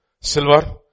silver